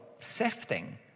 sifting